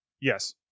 Yes